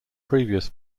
previous